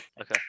Okay